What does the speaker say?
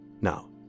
Now